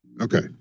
Okay